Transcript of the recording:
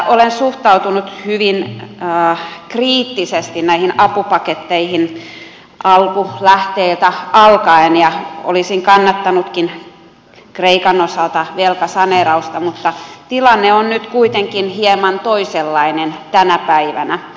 olen suhtautunut hyvin kriittisesti näihin apupaketteihin alkulähteiltä alkaen ja olisin kannattanutkin kreikan osalta velkasaneerausta mutta tilanne on nyt kuitenkin hieman toisenlainen tänä päivänä